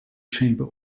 chamber